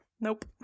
Nope